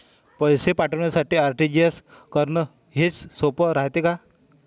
पैसे पाठवासाठी आर.टी.जी.एस करन हेच सोप रायते का?